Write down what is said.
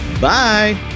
Bye